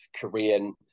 Korean